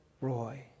Roy